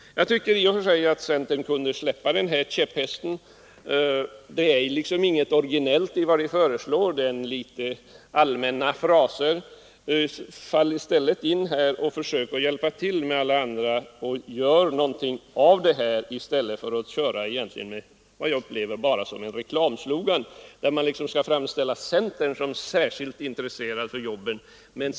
I och för sig tycker jag att centern kunde släppa den här käpphästen. Det är inget originellt i vad ni föreslår, utan det är litet allmänna fraser. Fall i stället in här och försök hjälpa till med alla andra och gör någonting i stället för att köra med vad jag upplever bara som en reklamslogan, där man vill framställa centern som särskilt intresserad av jobben!